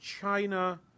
China